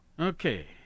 Okay